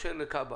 התקשר לכב"א.